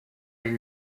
elle